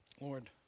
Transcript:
Lord